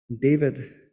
David